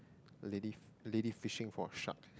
a lady a lady fishing for shark